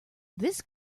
this